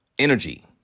Energy